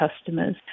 customers